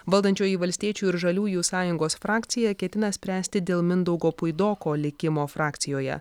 valdančioji valstiečių ir žaliųjų sąjungos frakcija ketina spręsti dėl mindaugo puidoko likimo frakcijoje